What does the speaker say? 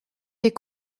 des